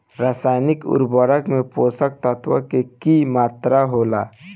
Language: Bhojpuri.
रसायनिक उर्वरक में पोषक तत्व के की मात्रा होला?